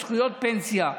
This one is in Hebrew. עם זכויות פנסיה.